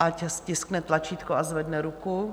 ať stiskne tlačítko a zvedne ruku.